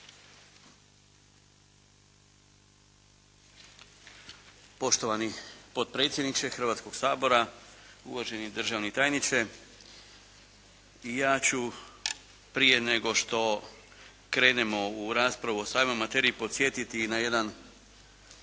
Poštovani potpredsjedniče Hrvatskog sabora, uvaženi državni tajniče. I ja ću prije nego što krenemo u raspravu o samoj materiji podsjetiti na jedan